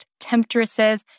temptresses